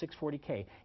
640K